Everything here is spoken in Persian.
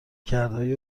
کردههای